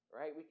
right